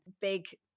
big